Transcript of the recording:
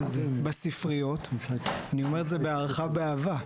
בספריות, אני אומר זה בהערכה ובאהבה,